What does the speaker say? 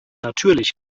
natürlich